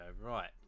Right